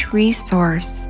resource